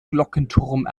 glockenturm